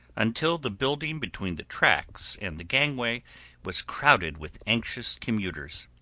until the building between the tracks and the gangway was crowded with anxious commuters.